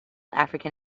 african